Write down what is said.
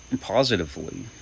positively